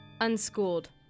Unschooled